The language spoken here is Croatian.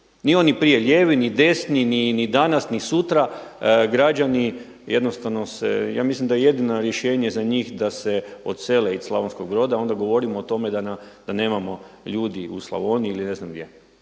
ni oni prije lijevi, ni desni, ni danas, ni sutra. Građani jednostavno se, ja mislim da je jedino rješenje za njih da se odsele iz Slavonskog Broda, onda govorimo o tome da nemamo ljudi u Slavoniji ili ne znam gdje.